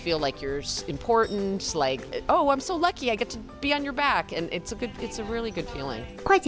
feel like yours importance like oh i'm so lucky i get to be on your back and it's a good it's a really good feeling